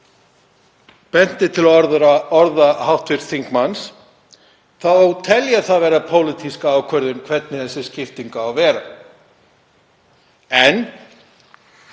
benti til orða hv. þingmanns, þá tel ég það vera pólitíska ákvörðun hvernig þessi skipting á að vera. En